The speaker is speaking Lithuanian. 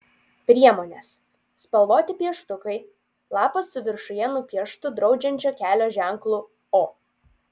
priemonės spalvoti pieštukai lapas su viršuje nupieštu draudžiančiu kelio ženklu o